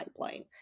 pipeline